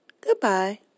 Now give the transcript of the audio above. Goodbye